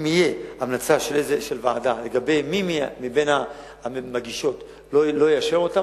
אם תהיה המלצה של ועדה לגבי מי מבין המגישות שלא לאשר אותה,